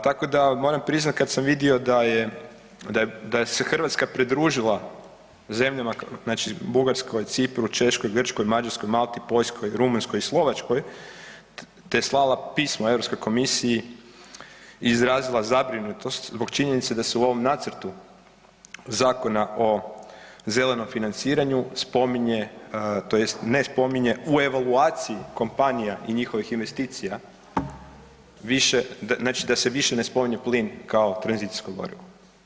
Tako da moram priznati kada sam vidio da se Hrvatska pridružila zemljama, znači Bugarskoj, Cipru, Češkoj, Grčkoj, Mađarskoj, Malti, Poljskoj, Rumunjskoj i Slovačkoj te slala pisma Europskoj komisiji i izrazila zabrinutost zbog činjenice da se u ovom nacrtu Zakona o zelenom financiranju spominje tj. ne spominje u evaluaciji kompanija i njihovih investicija više, znači da se više ne spominje plin kao tranzicijsko gorivo.